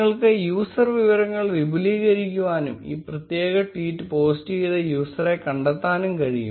നിങ്ങൾക്ക് യൂസർ വിവരങ്ങൾ വിപുലീകരിക്കാനും ഈ പ്രത്യേക ട്വീറ്റ് പോസ്റ്റ് ചെയ്ത യൂസറെ കണ്ടെത്താനും കഴിയും